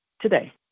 today